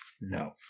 No